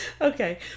okay